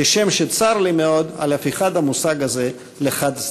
כשם שצר לי מאוד על הפיכת המושג הזה לחד-צדדי.